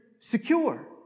secure